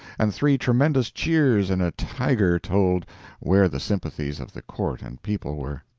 and three tremendous cheers and a tiger told where the sympathies of the court and people were.